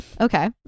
Okay